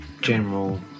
general